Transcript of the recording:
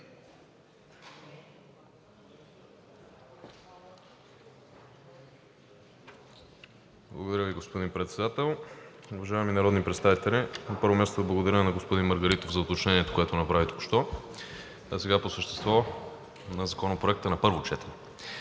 Благодаря Ви, господин Председател. Уважаеми народни представители! На първо място благодаря на господин Маргаритов за уточнението, което направи току-що. А сега по същество за Законопроекта на първо четене.